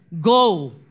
Go